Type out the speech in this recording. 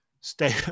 stay